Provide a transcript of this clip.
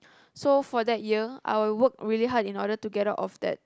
so for that year I worked really hard in order to get out of that